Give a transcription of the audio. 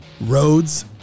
Roads